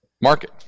market